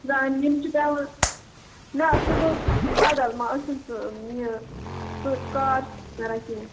یِم چھِ پیٚوان نَہ سُہ گوٚو بَدل أسۍ چھِنہٕ سُہ یہِ سُہ کار کَران کیٚنٛہہ